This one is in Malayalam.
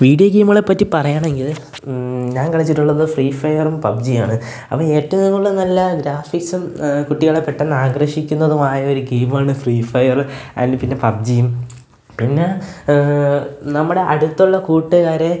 വീഡിയോ ഗെയിമുകളെ പറ്റി പറയുകയാണെങ്കിൽ ഞാൻ കളിച്ചിട്ടുള്ളത് ഫ്രീ ഫയറും പബ്ജിയുമാണ് അപ്പം ഏറ്റവും കൂടുതൽ നല്ല ഗ്രാഫിക്സും കുട്ടികളെ പെട്ടെന്ന് ആകർഷിക്കുന്നതുമായൊരു ഗെയിം ആണ് ഫ്രീ ഫയറ് അത് പിന്നെ പബ്ജിയും പിന്നെ നമ്മുടെ അടുത്തുള്ള കൂട്ടുകാർ